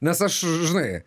nes aš žinai